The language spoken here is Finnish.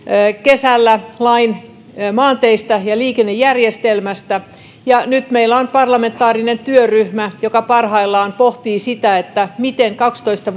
kesällä lain maanteistä ja liikennejärjestelmästä ja nyt meillä on parlamentaarinen työryhmä joka parhaillaan pohtii sitä miten kaksitoista